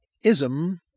ism